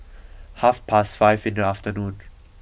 half past five in the afternoon